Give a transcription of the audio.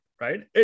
Right